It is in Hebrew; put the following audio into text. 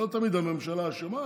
לא תמיד הממשלה אשמה,